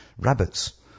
rabbits